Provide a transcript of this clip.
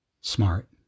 smart